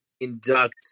induct